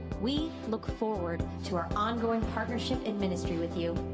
we look forward to our hongoing partnership in ministry with you,